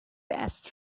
best